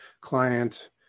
client